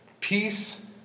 peace